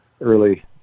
early